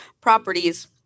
properties